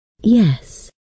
Yes